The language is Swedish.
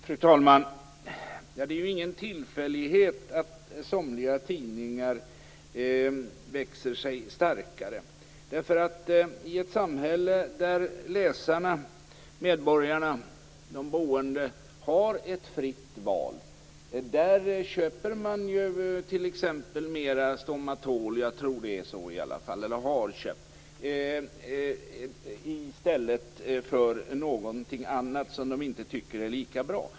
Fru talman! Det är ingen tillfällighet att somliga tidningar växer sig starkare. I ett samhälle där läsarna, medborgarna, har ett fritt val köper de t.ex. mera Stomatol i stället för någonting annat som de inte tycker är lika bra.